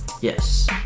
Yes